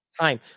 time